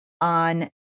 on